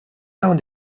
dawn